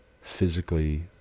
physically